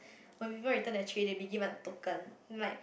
when people return their tray they'll be given a token like